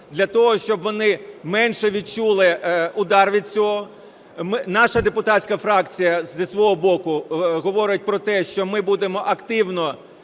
для того, щоб вони менше відчули удар від цього. Наша депутатська фракція зі свого боку говорить про те, що ми будемо активно